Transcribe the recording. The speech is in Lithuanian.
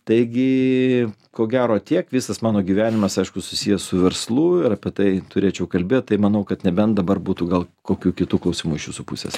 taigi ko gero tiek visas mano gyvenimas aišku susijęs su verslu ir apie tai turėčiau kalbėt tai manau kad nebent dabar būtų gal kokių kitų klausimų iš jūsų pusės